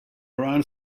around